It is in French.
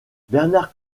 bernard